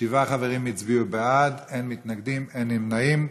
חברים הצביעו בעד, אין מתנגדים, אין נמנעים.